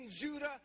Judah